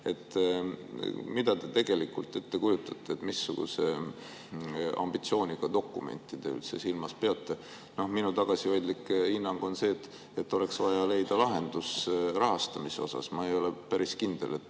Mida te tegelikult ette kujutate? Missuguse ambitsiooniga dokumenti te üldse silmas peate? Minu tagasihoidlik hinnang on see, et oleks vaja leida lahendus rahastamise osas. Ma ei ole päris kindel, et